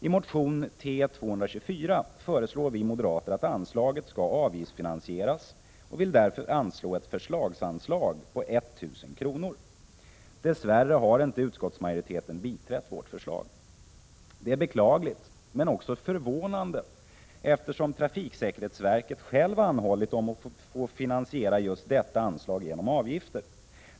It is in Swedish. I motion T224 föreslår vi moderater att anslaget skall avgiftsfinansieras och vill därför anvisa ett förslagsanslag på 1000 kr. Dess värre har inte utskottsmajoriteten biträtt vårt förslag. Detta är beklagligt men också förvånande, eftersom trafiksäkerhetsverket självt anhållit om att få finansiera just detta anslag genom avgifter.